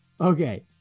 Okay